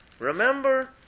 Remember